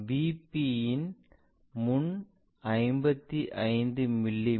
P யின் முன் 55 மி